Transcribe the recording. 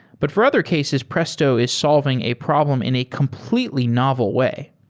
but for other cases, presto is solving a problem in a completely novel way.